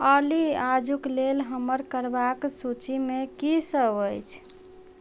ऑली आजुक लेल हमर करबाक सूचीमे की सब अछि